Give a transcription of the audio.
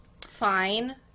fine